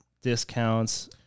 discounts